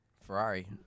Ferrari